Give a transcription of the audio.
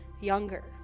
younger